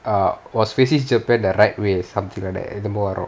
err was facing japan the right way something like that என்னமோ வரும்:ennamo varum